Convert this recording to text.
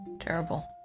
Terrible